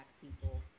people